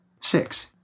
Six